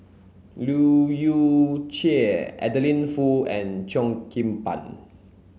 Leu Yew Chye Adeline Foo and Cheo Kim Ban